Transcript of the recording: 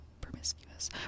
promiscuous